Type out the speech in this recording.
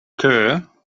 kerr